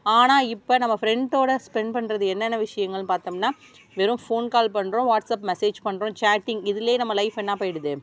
ஆனால் இப்போ நம்ம ஃப்ரெண்டோடு ஸ்பெண்ட் பண்ணுறது என்னென்ன விஷயங்கள்னு பார்த்தோம்னா வெறும் ஃபோன் கால் பண்ணுறோம் வாட்ஸ்அப் மெசேஜ் பண்ணுறோம் சேட்டிங் இதுலேயே நம்ம லைஃப் என்ன போயிடுது